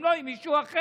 אם לא עם מישהו אחר.